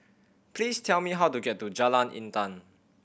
please tell me how to get to Jalan Intan